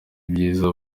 ibyiza